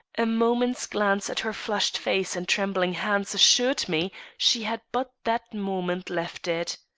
a moment's glance at her flushed face and trembling hands assured me she had but that moment left it.